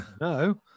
no